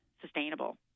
sustainable